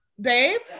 babe